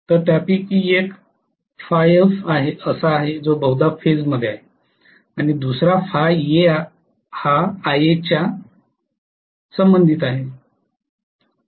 तर मी त्यापैकी एक असा आहे जो बहुधा फेज मध्ये आहे आणि दुसरा हा Ia च्या Ia आहे